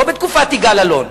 לא בתקופת יגאל אלון.